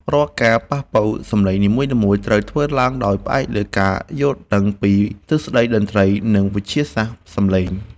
រាល់ការប៉ះប៉ូវសំឡេងនីមួយៗត្រូវធ្វើឡើងដោយផ្អែកលើការយល់ដឹងពីទ្រឹស្តីតន្ត្រី និង វិទ្យាសាស្ត្រសំឡេង។